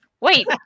Wait